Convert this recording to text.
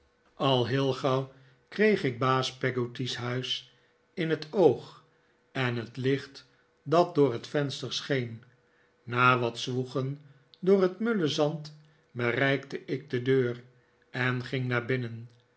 al heel gauw kreeg ik baas peggotty's huis in het oogen het licht dat door het venster scheen na wat zwoegen door het mulle zand bereikte ik de deur en ging naar binnen